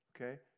okay